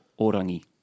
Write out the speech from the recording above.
Orangi